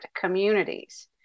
communities